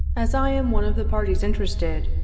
as i am one of the parties interested,